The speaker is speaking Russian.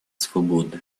свободы